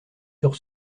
sur